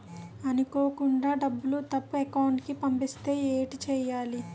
అనుకోకుండా డబ్బులు తప్పు అకౌంట్ కి పంపిస్తే ఏంటి చెయ్యాలి?